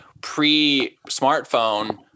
pre-smartphone